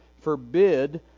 forbid